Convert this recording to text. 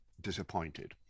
disappointed